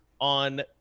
on